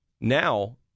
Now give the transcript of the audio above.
Now